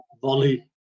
volley